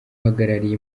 uhagarariye